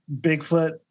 Bigfoot